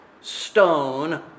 stone